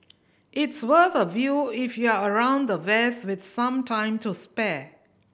it's worth a view if you're around the west with some time to spare